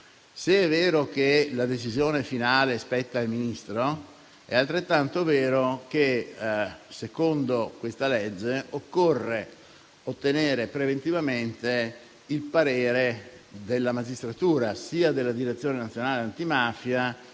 se è vero che la decisione finale spetta al Ministro, è altrettanto vero che, secondo questa legge, occorre ottenere preventivamente il parere della magistratura, sia della Direzione nazionale antimafia